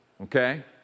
okay